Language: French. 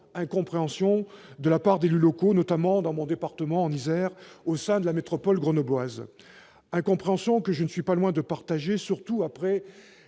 l'incompréhension des élus locaux, notamment dans mon département, l'Isère, au sein de la métropole grenobloise. Cette incompréhension, je ne suis pas loin de la partager, surtout après